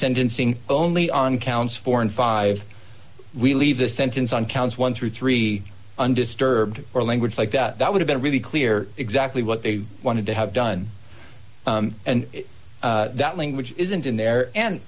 sentencing only on counts four and five we leave the sentence on counts one through three undisturbed or language like that would have been really clear exactly what they wanted to have done and that language isn't in there and